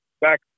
back